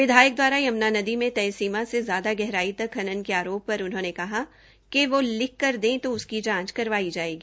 विधायक द्वारा यम्ना नदी मे तय सीमा से ज्यादा गहराई तक खनन के आरोप पर उन्होंने कहा कि वो लिख कर दे तो इसकी जांच करवाई जायेगी